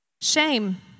Shame